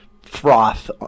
froth